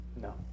No